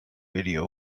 video